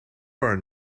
are